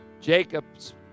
Jacob's